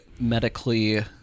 medically